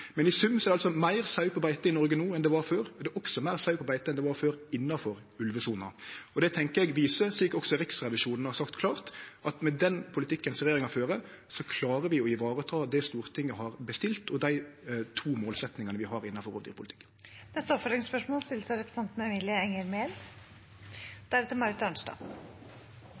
Men i sum er det altså meir sau på beite i Noreg no enn det var før. Det er også meir sau på beite enn det var før innanfor ulvesona. Det tenkjer eg viser, slik også Riksrevisjonen har sagt klart, at med den politikken som regjeringa fører, klarer vi å vareta det Stortinget har bestilt, og dei to målsetjingane vi har innanfor rovdyrpolitikken. Det åpnes for oppfølgingsspørsmål – først Emilie Enger Mehl.